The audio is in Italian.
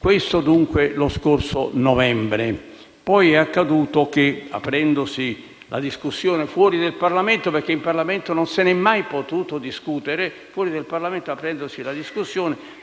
è avvenuto lo scorso novembre. Poi è accaduto che, aprendosi la discussione fuori dal Parlamento (in Parlamento non se ne è mai potuto discutere),